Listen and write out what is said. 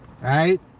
Right